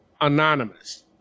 anonymous